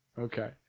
Okay